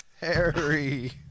Harry